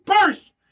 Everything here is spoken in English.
purse